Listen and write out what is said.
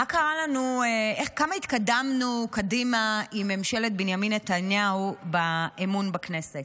כמה התקדמנו קדימה עם ממשלת בנימין נתניהו באמון בכנסת?